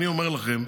אני אומר לכם,